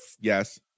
Yes